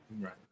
Right